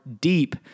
deep